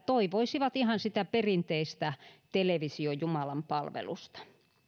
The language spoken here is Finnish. toivoisivat ihan sitä perinteistä televisiojumalanpalvelusta